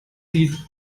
sieht